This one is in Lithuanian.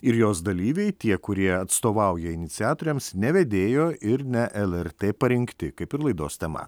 ir jos dalyviai tie kurie atstovauja iniciatoriams ne vedėjo ir ne lrt parinkti kaip ir laidos tema